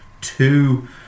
two